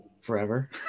forever